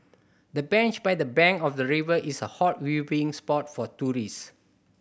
the bench by the bank of the river is a hot viewing spot for tourists